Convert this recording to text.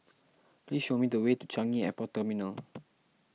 please show me the way to Changi Airport Terminal